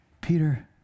Peter